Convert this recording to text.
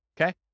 Okay